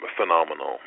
phenomenal